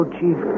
Chief